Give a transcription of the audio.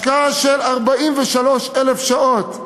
השקעה של 43,000 שעות,